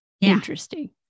Interesting